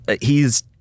he's-